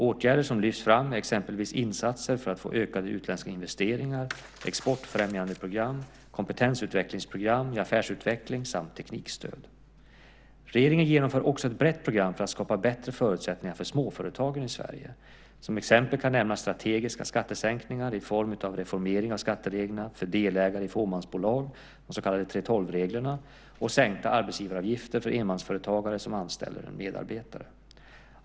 Åtgärder som lyfts fram är exempelvis insatser för att få ökade utländska investeringar, exportfrämjande program, kompetensutvecklingsprogram i affärsutveckling samt teknikstöd. Regeringen genomför också ett brett program för att skapa bättre förutsättningar för småföretagen i Sverige. Som exempel kan nämnas strategiska skattesänkningar i form av reformeringen av skattereglerna för delägare i fåmansbolag, de så kallade 3:12-reglerna, och sänkta arbetsgivaravgifter för enmansföretagare som anställer en medarbetare.